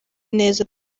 neza